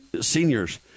seniors